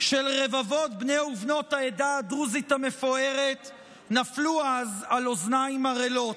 של רבבות בני ובנות העדה הדרוזית המפוארת נפלו אז על אוזניים ערלות,